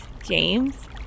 James